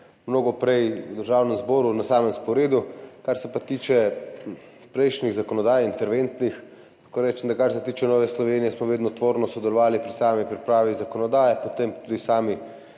mnogo prej v Državnem zboru na sporedu. Kar se pa tiče prejšnjih interventnih zakonodaj, lahko rečem, da, kar se tiče Nove Slovenije, smo vedno tvorno sodelovali pri sami pripravi zakonodaje, potem tudi s